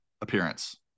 appearance